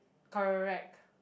correct